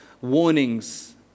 warnings